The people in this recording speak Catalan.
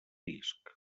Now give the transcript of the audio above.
disc